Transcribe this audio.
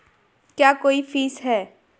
क्या कोई फीस है?